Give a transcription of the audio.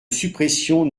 suppression